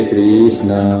Krishna